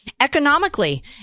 Economically